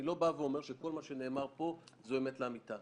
אני לא אומר שכל מה שנאמר פה זה אמת לאמיתה,